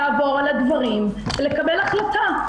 לעבור על הדברים ולקבל החלטה.